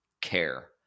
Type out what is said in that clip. care